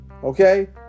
Okay